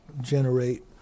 generate